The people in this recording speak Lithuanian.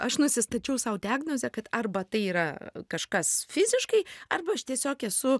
aš nusistačiau sau diagnozę kad arba tai yra kažkas fiziškai arba aš tiesiog esu